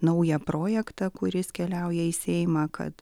naują projektą kuris keliauja į seimą kad